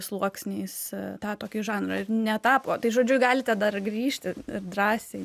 sluoksniais tą tokį žanrą ir netapo tai žodžiu galite dar grįžti ir drąsiai